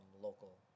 local